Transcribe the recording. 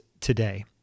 today